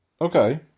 Okay